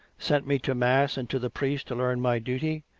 sent me to mass, and to the priest to learn my duty,